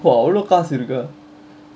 அவ்ளோ காசு இருக்கா:avlo kaasu irukkaa